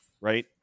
right